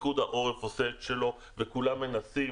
ופיקוד העורף עושה את שלו וכולם מנסים,